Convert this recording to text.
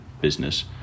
business